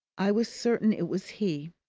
i was certain it was he.